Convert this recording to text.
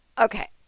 okay